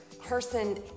Person